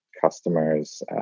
customers